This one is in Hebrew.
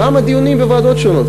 כמה דיונים בוועדות השונות,